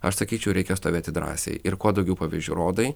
aš sakyčiau reikia stovėti drąsiai ir kuo daugiau pavyzdžių rodai